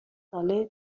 ساله